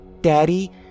Daddy